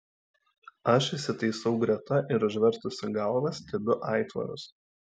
aš įsitaisau greta ir užvertusi galvą stebiu aitvarus